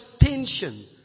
attention